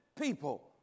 people